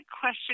question